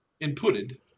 inputted